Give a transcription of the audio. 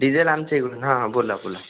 diesel आमच्या इकडून हां हां बोला बोला